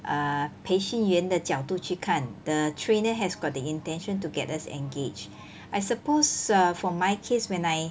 err 培训员的角度去看 the trainer has got the intention to get us engaged I suppose uh for my case when I